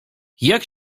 jak